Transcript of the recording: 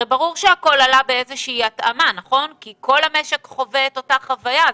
הרי ברור שהכול עלה באיזושהי התאמה כי כל המשק חווה אותו חוויה,